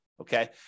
Okay